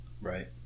right